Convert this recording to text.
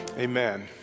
Amen